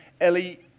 Ellie